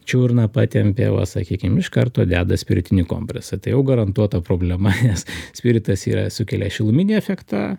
čiurną patempė va sakykim iš karto deda spiritinį kompresą tai jau garantuota problema nes spiritas yra sukelia šiluminį efektą